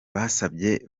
basabye